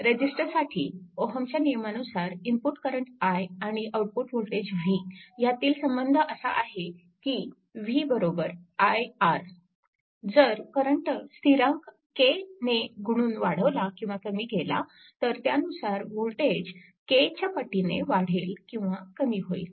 resistor साठी ओहमच्या नियमा Ohms Law नुसार इनपुट करंट i आणि आउटपुट वोल्टेज v यातील संबंध असा आहे की v i R जर करंट स्थिरांक K ने गुणून वाढवला किंवा कमी केला तर त्यानुसार वोल्टेज K च्या पटीने वाढेल किंवा कमी होईल